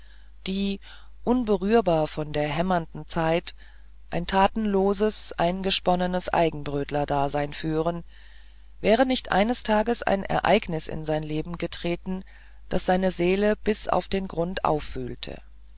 die unberührbar von der hämmernden zeit ein tatenloses eingesponnenes eigenbrötlerdasein führen wäre nicht eines tages ein ereignis in sein leben getreten das seine seele bis auf den grund aufwühlte